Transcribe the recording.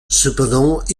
cependant